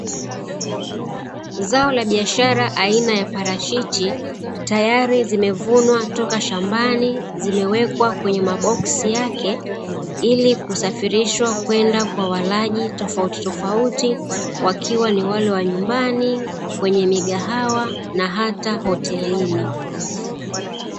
Zao la biashara aina ya parachichi, tayari zimevunwa toka shambani tayari zimewekwa kwenye ma boksi yake, ili kusafirishwa kwenda kwa walaji tofautitofauti, wakiwa ni wale wa nyumbani, kwenye migahawa na hata hotelini.